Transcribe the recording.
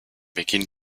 beginn